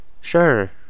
Sure